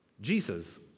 Jesus